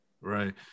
right